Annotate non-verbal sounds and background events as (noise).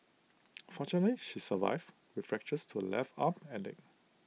(noise) fortunately she survived with fractures to left arm and leg